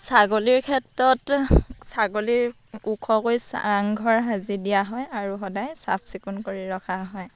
ছাগলীৰ ক্ষেত্ৰত ছাগলীৰ ওখকৈ চাংঘৰ সাজি দিয়া হয় আৰু সদায় চাফ চিকুণ কৰি ৰখা হয়